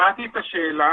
שמעתי את השאלה.